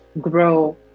grow